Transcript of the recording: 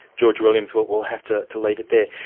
george williams, we'll we'll have to to leave it there.